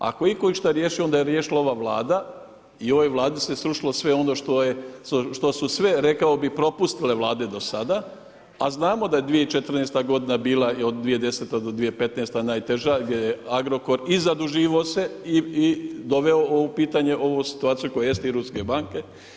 Ako je itko išta riješio, onda je riješila ova Vlada i ovoj Vladi se srušilo sve ono što su sve, rekao bi, propustile Vlade do sada, a znamo da je 2014. g. bila od 2010.-2015. najteža, gdje je Agrokor i zaduživao se i doveo u pitanje ovu situaciju koju jeste … banke.